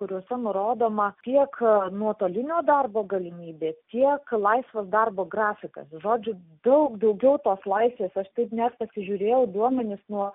kuriuose nurodoma tiek nuotolinio darbo galimybė tiek laisvas darbo grafikas žodžiu daug daugiau tos laisvės aš taip net pasižiūrėjau duomenis nuo